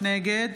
נגד